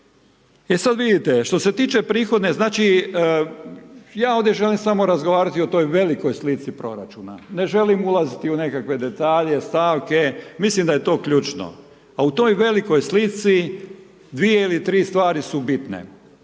E sad vidite, što se tiče prihodne, znači, ja ovdje želim samo razgovarati o toj velikoj slici proračuna, ne želim ulaziti u nekakve detalje, stavke, mislim da je to ključno. A u toj veliki slici, dvije ili tri stvari su bitne.